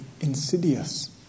insidious